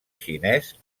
xinès